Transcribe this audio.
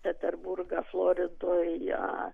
peterburgą floridoje